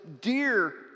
dear